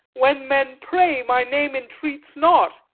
when men pray, my name entreats not.